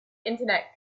internet